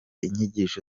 inyigisho